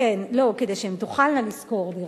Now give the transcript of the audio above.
לא, כדי שהן תוכלנה לשכור דירה.